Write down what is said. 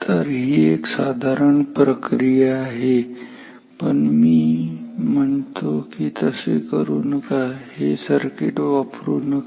तर ही एक साधारण प्रक्रिया आहे पण मी म्हणतो तसे करू नका हे सर्किट वापरू नका